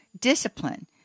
Discipline